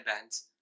bands